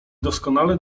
doskonale